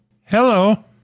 Hello